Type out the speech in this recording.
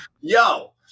yo